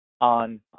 on